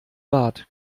bad